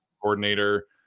coordinator